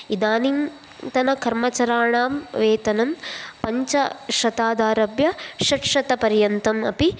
इदानीन्तनकर्मचराणां वेतनं पञ्चशतादारभ्य षड्शतपर्यन्तम् अपि